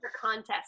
contest